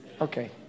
Okay